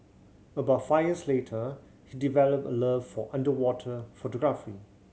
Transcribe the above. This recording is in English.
about five years later he developed a love for underwater photography